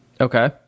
Okay